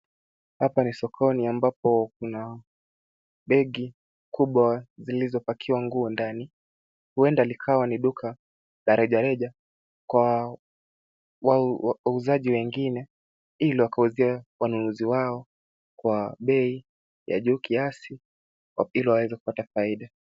Hapa ni sokoni ambapo kuna begi kubwa zilizopakiwa nguo ndani . Huenda likawa ni duka la reja reja kwa wauzaji wengine ili wakauzie wanunuzi wao kwa bei ya juu kiasi ili waweze kupata faida.